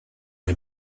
may